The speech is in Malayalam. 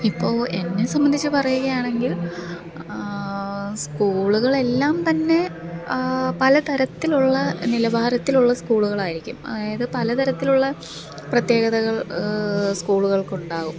ഇപ്പോൾ എന്നെ സംബന്ധിച്ച് പറയുകയാണെങ്കിൽ സ്കൂളുകളെല്ലാം തന്നെ പല തരത്തിലുള്ള നിലവാരത്തിലുള്ള സ്കൂളുകളായിരിക്കും അതായത് പല തരത്തിലുള്ള പ്രത്യേകതകള് സ്കൂളുകള്ക്കുണ്ടാകും